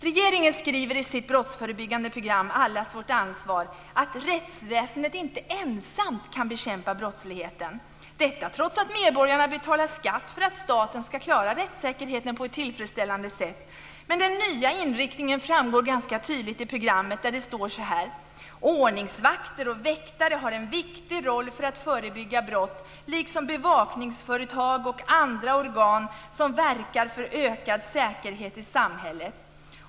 Regeringen skriver i sitt brottsförebyggande program Allas vårt ansvar att rättsväsendet inte ensamt kan bekämpa brottsligheten, detta trots att medborgarna betalar skatt för att staten ska klara rättssäkerheten på ett tillfredsställande sätt. Den nya inriktningen framgår ganska tydligt av programmet där det står så här: "Ordningsvakter och väktare har en viktig roll för att förebygga brott, liksom bevakningsföretag och andra organ som verkar för ökad säkerhet i samhället.